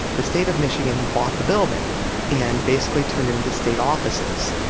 the state of michigan bought the building and basically turned it into state offices.